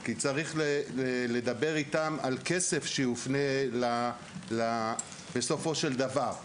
כי צריך לדבר איתם על כסף שיופנה בסופו של דבר.